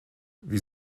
wie